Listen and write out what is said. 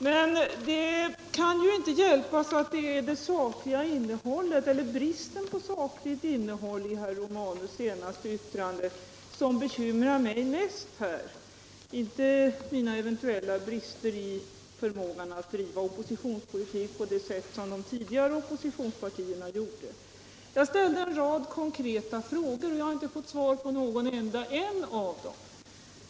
Men det kan inte hjälpas att det är det sakliga innehållet eller bristen på sakligt innehåll i herr Romanus senaste inlägg som bekymrar mig mest — inte min even tuellt bristande förmåga att driva oppositionspolitik på det sätt som de tidigare oppositionspartierna gjorde. Jag ställde en rad konkreta frågor, och jag har inte fått svar på någon enda.